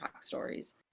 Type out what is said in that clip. stories